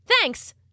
Thanks